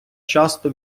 часто